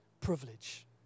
privilege